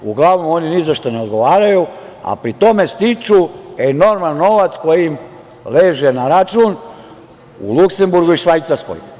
Uglavnom, oni ni za šta ne odgovaraju, a pri tome stiču enorman novac koji im leže na račun u Luksemburgu i Švajcarskoj.